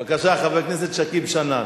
בבקשה, חבר הכנסת שכיב שנאן.